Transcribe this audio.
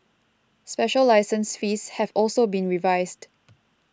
special license fees have also been revised